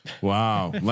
Wow